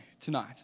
tonight